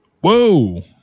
Whoa